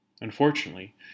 Unfortunately